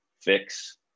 fix